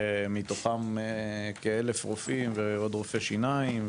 מתוכם כ-1,000 רופאים ועוד רופאי שיניים,